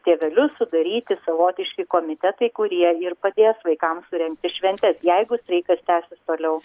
tėvelius sudaryti savotiški komitetai kurie ir padės vaikams surengti šventes jeigu streikas tęsis toliau